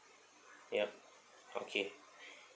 yup okay